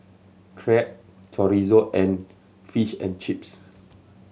Crepe Chorizo and Fish and Chips